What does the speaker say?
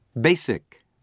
Basic